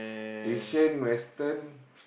Asian Western